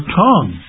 tongue